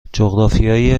جغرافیای